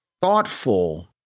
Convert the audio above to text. thoughtful